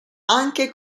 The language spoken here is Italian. anche